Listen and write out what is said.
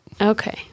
Okay